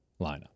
lineup